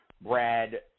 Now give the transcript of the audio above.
Brad